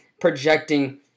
projecting